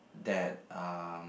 that um